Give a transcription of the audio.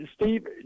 Steve